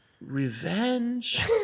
revenge